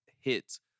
hits